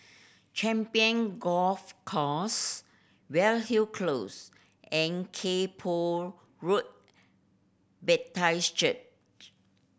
Champion Golf Course Weyhill Close and Kay Poh Road Church